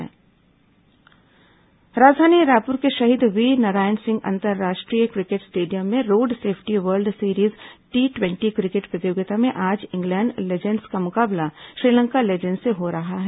road safety cricket tournament राजधानी रायपुर के शहीद वीरनारायण सिंह अंतर्राष्ट्रीय क्रिकेट स्टेडियम में road safety world series T ट्वेटी क्रिकेट प्रतियोगिता में आज इंग्लैण्ड लीजेंड्स का मुकाबला श्रीलंका लीजेंड्स से हो रहा है